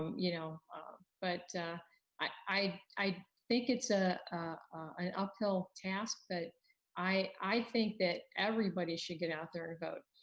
you know but i i think it's ah an uphill task, but i think that everybody should get out there vote.